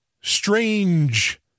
strange